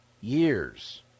years